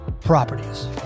properties